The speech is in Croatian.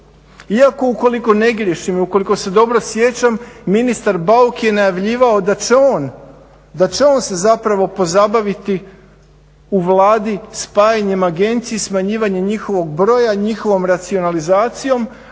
Iako ukoliko ne griješim i ukoliko se dobro sjećam ministar Bauk je najavljivao da će on se zapravo pozabaviti u Vladi spajanjem agencija i smanjivanjem njihovog broja, njihovom racionalizacijom,